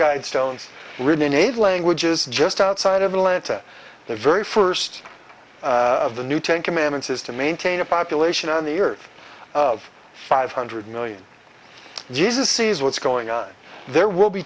eight languages just outside of atlanta the very first of the new ten commandments is to maintain a population on the earth of five hundred million jesus sees what's going on there will be